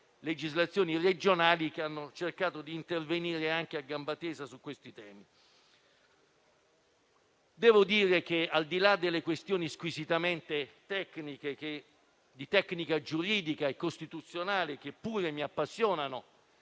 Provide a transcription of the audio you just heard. legislazioni regionali, che hanno cercato di intervenire a gamba tesa su questi temi. Al di là delle questioni squisitamente tecniche, di tecnica giuridica e costituzionale, che pure mi appassionano